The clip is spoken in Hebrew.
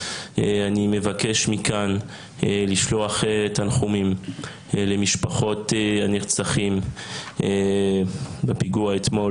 אני מבקש מכאן לשלוח תנחומים למשפחות הנרצחים בפיגוע אתמול